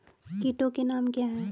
कीटों के नाम क्या हैं?